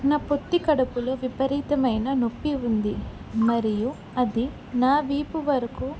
నా పొత్తి కడుపులో విపరీతమైన నొప్పి ఉంది మరియు అది నా వీపు వరకు